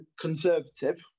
conservative